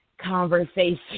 conversation